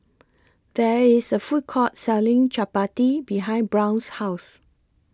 There IS A Food Court Selling Chapati behind Brown's House